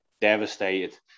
devastated